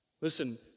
Listen